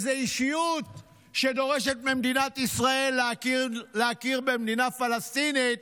איזו אישיות שדורשת ממדינת ישראל להכיר במדינה פלסטינית